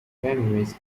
ramirez